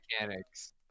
mechanics